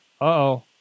Uh-oh